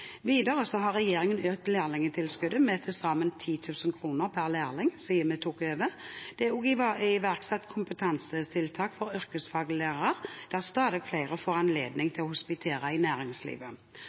Videre har regjeringen økt lærlingtilskuddet med til sammen 10 000 kr per lærling siden vi tok over. Det er også iverksatt kompetansetiltak for yrkesfaglærere, der stadig flere får anledning til å hospitere i næringslivet.